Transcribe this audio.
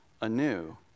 anew